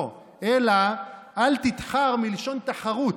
לא, אלא "אל תתחר", מלשון תחרות,